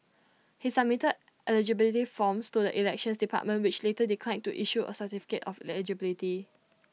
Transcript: he submitted eligibility forms to the elections department which later declined to issue A certificate of eligibility